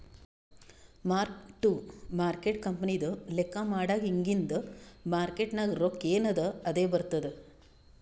mark to market ಕಂಪನಿದು ಲೆಕ್ಕಾ ಮಾಡಾಗ್ ಇಗಿಂದ್ ಮಾರ್ಕೇಟ್ ನಾಗ್ ರೊಕ್ಕಾ ಎನ್ ಅದಾ ಅದೇ ಬರ್ತುದ್